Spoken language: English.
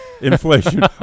inflation